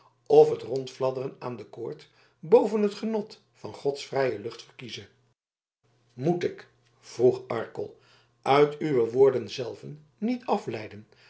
of het rondfladderen aan de koord boven het genot van gods vrije lucht verkieze moet ik vroeg arkel uit uwe woorden zelven niet afleiden